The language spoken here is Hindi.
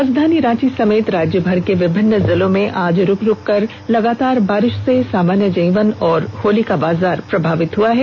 राजधानी रांची समेत राज्य भर के विभिन्न जिलों में आज रूक रूक हई लगातार बारिष से सामान्य जनजीवन और होली का बाजार प्रभावित हुआ है